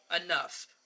enough